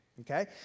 okay